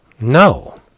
No